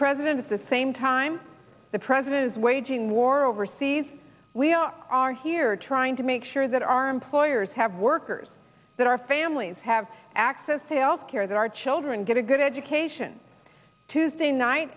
president at the same time the president is waging war overseas we are are here trying to make sure that our employers have workers that our families have access to health care that our children get a good education tuesday night